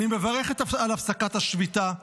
אני מברך על הפסקת השביתה,